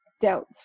dealt